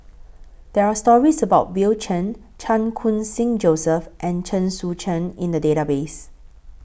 There Are stories about Bill Chen Chan Khun Sing Joseph and Chen Sucheng in The Database